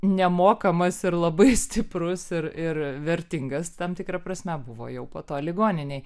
nemokamas ir labai stiprus ir ir vertingas tam tikra prasme buvo jau po to ligoninėj